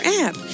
app